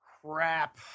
Crap